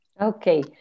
Okay